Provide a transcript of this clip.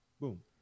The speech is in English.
boom